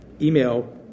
email